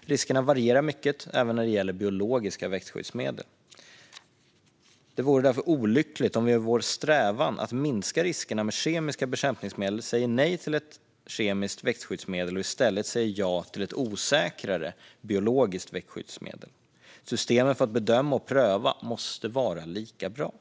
Riskerna varierar mycket även när det gäller biologiska växtskyddsmedel. Det vore därför olyckligt om vi i vår strävan att minska riskerna med kemiska bekämpningsmedel säger nej till ett kemiskt växtskyddsmedel och i stället säger ja till ett osäkrare biologiskt växtskyddsmedel. Systemen för att bedöma och pröva måste vara lika bra.